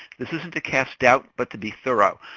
this isn't to cast doubt, but to be thorough.